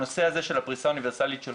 הנושא הזה של הפריסה האוניברסלית של